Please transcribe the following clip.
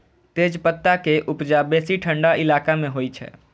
तेजपत्ता के उपजा बेसी ठंढा इलाका मे होइ छै